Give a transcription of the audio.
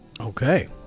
okay